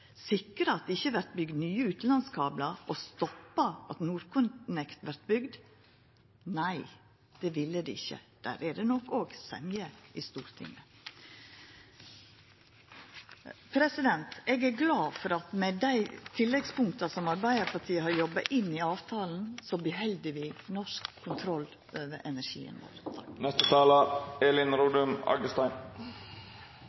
sikra at det ikkje vert bygd nye utanlandskablar og stoppa at North Connect vert bygd? Nei, det ville det ikkje. Der er det nok òg semje i Stortinget. Eg er glad for at med dei tilleggspunkta som Arbeidarpartiet har jobba inn i avtalen, beheld vi norsk kontroll over energien